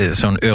zo'n